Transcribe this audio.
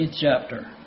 chapter